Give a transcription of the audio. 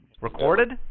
Recorded